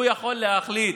הוא יכול להחליט.